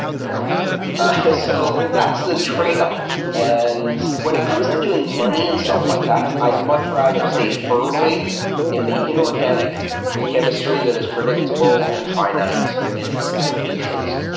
you know ah so that's the tradeoff, and when it comes to doing money and stuff like that, i'd much rather stay firmly in the inorganic chemistry that is predictable and finite and its implications.